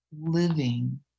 living